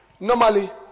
Normally